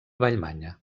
vallmanya